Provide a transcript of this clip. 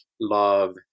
love